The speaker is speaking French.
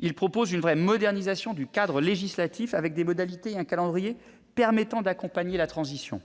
Nous proposons une vraie modernisation du cadre législatif, avec des modalités et un calendrier permettant d'accompagner la transition.